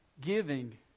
giving